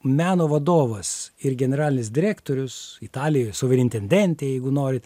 meno vadovas ir generalinis direktorius italijoj sovrintendente jeigu norit